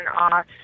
off